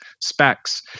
specs